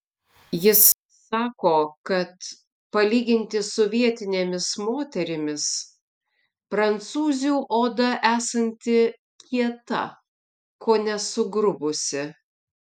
jis sako kad palyginti su vietinėmis moterimis prancūzių oda esanti kieta kone sugrubusi